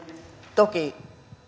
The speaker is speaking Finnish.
toki